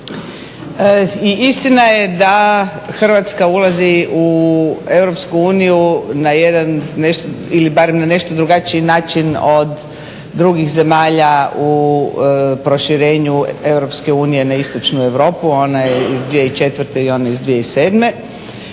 i istina je da Hrvatska ulazi u EU na jedan ili barem na nešto drugačiji način od drugih zemalja u proširenju EU na istočnu Europu, one iz 2004. i one iz 2007.